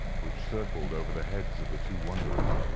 which circled over the heads of the two wanderers,